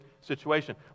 situation